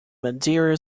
madeira